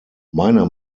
meiner